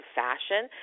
fashion